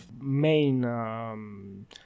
main